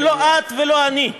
זה לא את ולא אני.